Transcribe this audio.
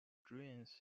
drains